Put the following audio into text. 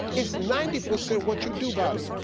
it's ninety percent what you do about it.